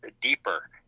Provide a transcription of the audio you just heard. deeper